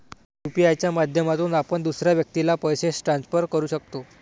UPI च्या माध्यमातून आपण दुसऱ्या व्यक्तीला पैसे ट्रान्सफर करू शकतो